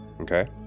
okay